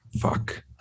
Fuck